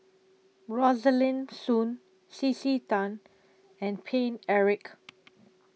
Rosaline Soon C C Tan and Paine Eric